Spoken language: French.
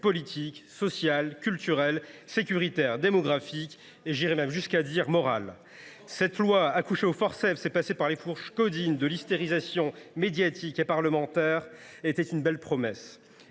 politique, social, culturel, sécuritaire, démographique, voire moral. Ce projet de loi, accouché au forceps et passé sous les fourches caudines de l’hystérisation médiatique et parlementaire, était une belle promesse.